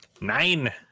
Nine